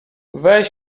weź